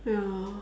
ya